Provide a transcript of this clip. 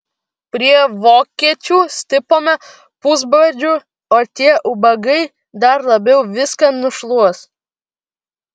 prie vokiečių stipome pusbadžiu o tie ubagai dar labiau viską nušluos